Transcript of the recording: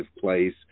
place